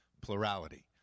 plurality